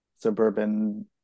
suburban